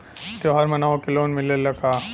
त्योहार मनावे के लोन मिलेला का?